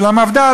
של המפד"ל,